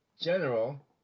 General